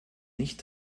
nicht